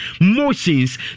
motions